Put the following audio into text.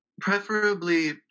preferably